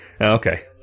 Okay